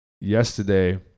yesterday